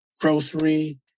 grocery